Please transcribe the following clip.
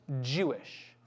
Jewish